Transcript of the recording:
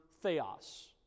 theos